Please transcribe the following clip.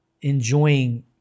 enjoying